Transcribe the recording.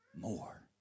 more